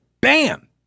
bam